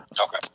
Okay